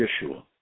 Yeshua